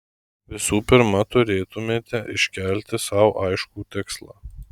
visų pirma turėtumėte iškelti sau aiškų tikslą